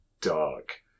dark